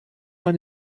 man